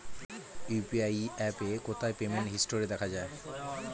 UPI অ্যাপে কোথায় payment history দেখা যায়?